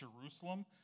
Jerusalem